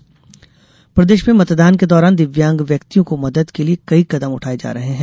दिव्यांग ऐप प्रदेश में मतदान के दौरान दिव्यांग व्यक्तियों को मदद के लिए कई कदम उठाये जा रहे हैं